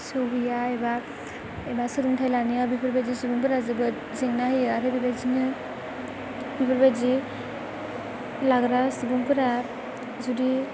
सौहैया एबा एबा सोलोंथाइ लानाया बेफोरबायदि सुबुंफोरा जोबोद जेंना होयो आरो बेबायदिनो बेफोरबायदि लाग्रा सुबुंफोरा जुदि